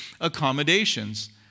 accommodations